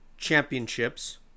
championships